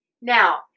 Now